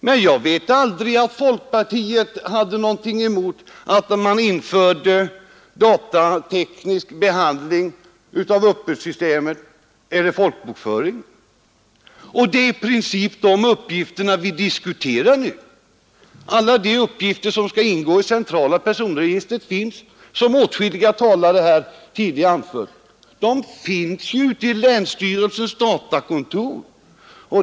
Men jag vet inte att folkpartiet — Ce”tralt personhade något emot införandet av datateknisk behandling av uppbördssyste = ”egister, m.m. met och folkbokföringen. Det är i princip dessa uppgifter vi nu diskuterar. Alla de uppgifter som skall ingå i centrala personregistret finns, som åtskilliga talare här tidigare har anfört, ute i länsstyrelsernas datakontor.